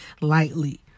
lightly